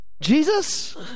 Jesus